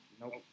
Nope